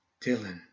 Dylan